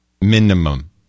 minimum